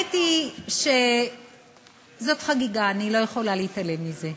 האמת היא שזאת חגיגה, אני לא יכולה להתעלם מזה.